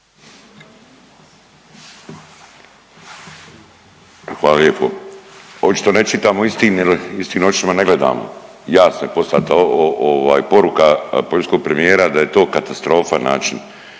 Hvala lijepo. Očito ne čitamo, istim očima ne gledamo. Jasno je poslata poruka poljskog premijera da je to katastrofa način